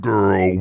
Girl